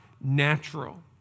natural